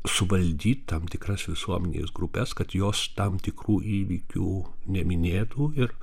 suvaldyt tam tikras visuomenės grupes kad jos tam tikrų įvykių neminėtų ir